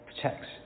protects